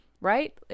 right